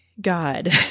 God